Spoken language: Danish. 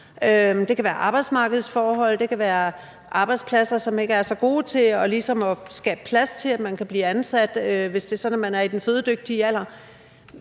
Det kan være arbejdsmarkedsforhold, det kan være arbejdspladser, som ikke er så gode til ligesom at skabe plads til, at man kan blive ansat, hvis det er sådan, at man er i den fødedygtige alder.